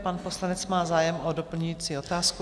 Pan poslanec má zájem o doplňující otázku.